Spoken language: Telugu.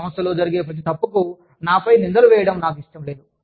సంస్థలో జరిగే ప్రతి తప్పుకు నా పై నిందలు వేయడం నాకు ఇష్టం లేదు